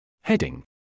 Heading